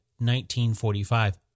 1945